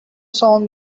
sworn